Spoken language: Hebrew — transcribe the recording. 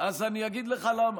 אז אני אגיד לך למה,